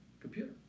computer